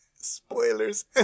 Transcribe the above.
spoilers